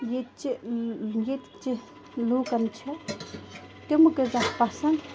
ییٚتہِ چہِ ییٚتہِ چہِ لُکَن چھےٚ تِمہٕ غزا پَسَنٛد